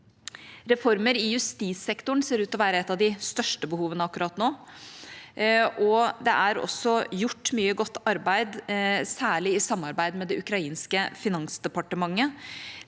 Reformer i justissektoren ser ut til å være et av de største behovene akkurat nå. Det er også gjort mye godt arbeid, særlig i samarbeid med det ukrainske finansdepartementet.